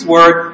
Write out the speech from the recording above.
Word